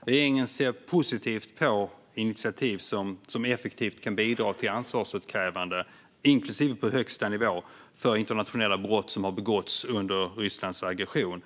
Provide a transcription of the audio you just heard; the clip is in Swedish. Regeringen ser positivt på initiativ som effektivt kan bidra till ansvarsutkrävande, inklusive på högsta nivå, för internationella brott som har begåtts under Rysslands aggression.